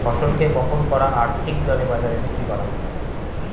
ফসলকে বপন করা আর ঠিক দরে বাজারে বিক্রি করা